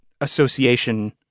association